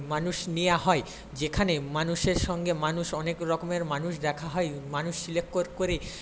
মানুষ নেওয়া হয় যেখানে মানুষের সঙ্গে মানুষ অনেক রকমের মানুষ দেখা হয় মানুষ সিলেক্ট করে